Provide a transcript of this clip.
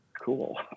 cool